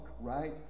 right